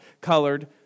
colored